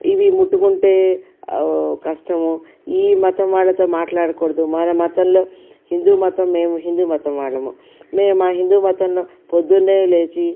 ఇవి ముట్టుకుంటే కష్టం ఈ మతం వాళ్ళతో మాట్లాడకూడదు మన మతంలో హిందూ మతం మేము హిందూ మతం వాళ్ళము మేం మా హిందూ మతంలో పొద్దున్నే లేచి